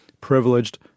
privileged